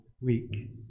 week